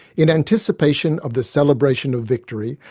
in anticipation of the celebration of victory,